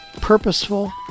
purposeful